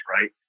right